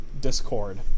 discord